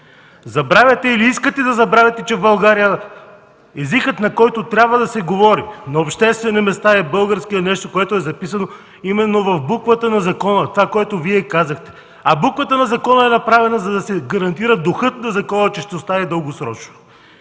Забравяте или искате да забравите, че в България езикът, на който трябва да се говори на обществени места, е българският. Нещо, което е записано именно в буквата на закона, това, което Вие казахте, а буквата на закона е направена, за да се гарантира духът на закона, че ще остане дългосрочно.